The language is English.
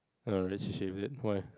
no relationship is it why